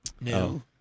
No